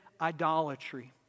idolatry